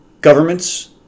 governments